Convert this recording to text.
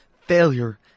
failure